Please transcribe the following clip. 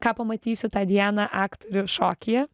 ką pamatysiu tą dieną aktorių šokyje